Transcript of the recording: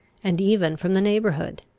and even from the neighbourhood.